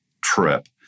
trip